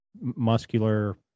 muscular